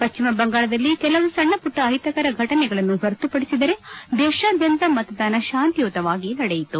ಪಶ್ಚಿಮಬಂಗಾಳದಲ್ಲಿ ಕೆಲವು ಸಣ್ಣಮಟ್ಟ ಅಹಿತಕರ ಫಟನೆಗಳನ್ನು ಹೊರತುಪಡಿಸಿದರೆ ದೇಶಾದ್ದಂತ ಮತದಾನ ಶಾಂತಿಯುತವಾಗಿ ನಡೆಯಿತು